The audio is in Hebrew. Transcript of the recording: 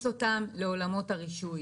ולהכניס אותם לעולמות הרישוי.